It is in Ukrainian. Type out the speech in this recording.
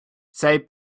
цей